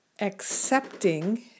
accepting